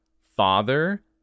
father